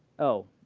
oh,